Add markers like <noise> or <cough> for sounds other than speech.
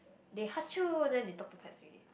they <noise> then they talk to pets already